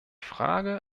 frage